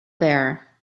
there